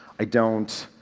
i don't,